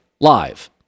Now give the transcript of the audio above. live